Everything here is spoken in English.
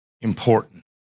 important